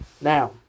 Now